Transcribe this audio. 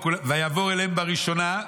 "ויעבור אליהם בראשונה",